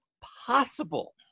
possible